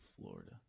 Florida